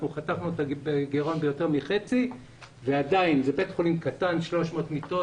חתכנו את הגירעון ביותר מחצי ועדיין זה בית חולים קטן עם 300 מיטות.